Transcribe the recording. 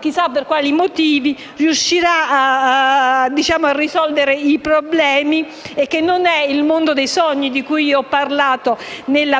chissà per quali motivi, riuscirà a risolvere i problemi, e non è il mondo dei sogni di cui ho parlato prima,